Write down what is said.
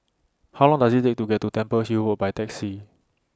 How Long Does IT Take to get to Temple Hill Road By Taxi